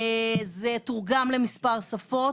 זה תורגם למספר שפות,